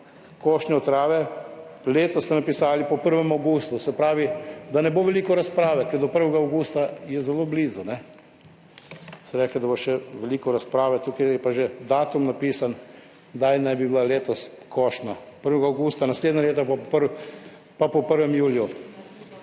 košnjo trave. Letos ste napisali po 1. avgustu. Se pravi, da ne bo veliko razprave, ker do 1. avgusta je zelo blizu. So rekli, da bo še veliko razprave, tukaj je pa že datum napisan, kdaj naj bi bila letos košnja, 1. avgusta. Naslednje leto bo prvi pa po 1. juliju.